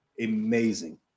amazing